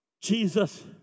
Jesus